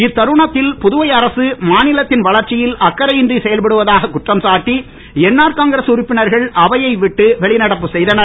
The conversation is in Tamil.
இத்தருணத்தில் புதுவை அரசு மாநிலத்தின் வளர்ச்சியில் அக்கறை இன்றி செயல்படுவதாக குற்றம் சாட்டி என்ஆர் காங்கிரஸ் உறுப்பினர்கள் அவையை விட்டு வெளிநடப்பு செய்தனர்